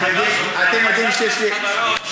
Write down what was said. לא,